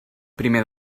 primer